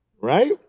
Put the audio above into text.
right